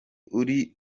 uri